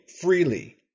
freely